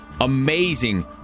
amazing